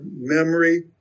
memory